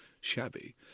shabby